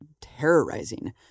terrorizing